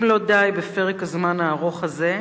אם לא די בפרק הזמן הארוך הזה,